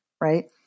Right